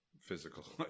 physical